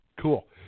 cool